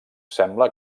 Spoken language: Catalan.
sembla